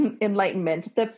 enlightenment